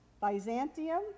Byzantium